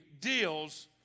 deals